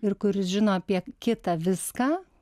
ir kuris žino apie kitą viską